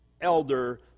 elder